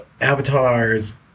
avatars